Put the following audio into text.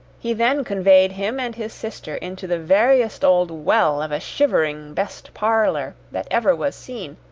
he then conveyed him and his sister into the veriest old well of a shivering best-parlour that ever was seen,